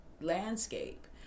landscape